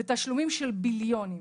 והתשלומים הם של ביליונים.